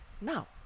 now